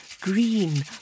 green